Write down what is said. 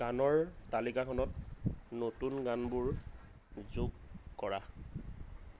গানৰ তালিকাখনত নতুন গানবোৰ যোগ কৰা